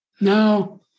Now